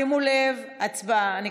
שימו לב, הצבעה.